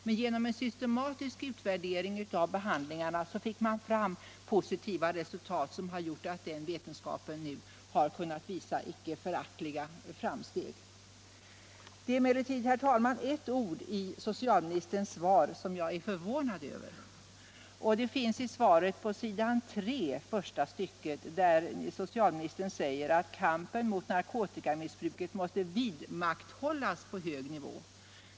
Men genom en systematisk utvärdering av behandlingarna fick man fram positiva resultat, som gjort att den vetenskapen nu kan visa icke föraktliga framsteg. Det är emellertid, herr talman, ett ord i socialministerns svar som jag är förvånad över. Socialministern säger att kampen mot narkotikamissbruket måste ”vidmakthållas” på hög nivå.